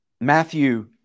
Matthew